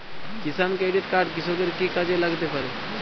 কিষান credit card কৃষকের কি কি কাজে লাগতে পারে?